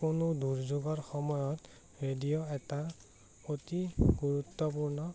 কোনো দুৰ্যোগৰ সময়ত ৰেডিঅ' এটা অতি গুৰুত্বপূৰ্ণ